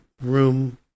room